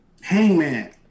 Hangman